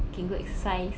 can go exercise